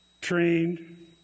trained